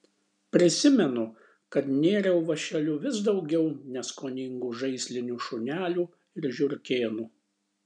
prisimenu kad nėriau vąšeliu vis daugiau neskoningų žaislinių šunelių ir žiurkėnų